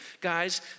guys